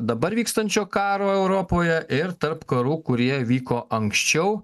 dabar vykstančio karo europoje ir tarp karų kurie vyko anksčiau